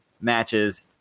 matches